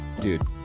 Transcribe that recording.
dude